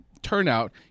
turnout